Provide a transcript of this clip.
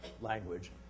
language